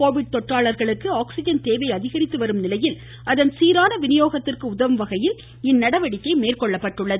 Covid தொற்றாலர்களுக்கு oxygen தேவை அதிகரித்து வரும் நிலையில் அதன் சீரான விநியோகத்திற்கு உதவும் வகையில் இந்நடவடிக்கை மேற்கொள்ளப்பட்டுள்ளது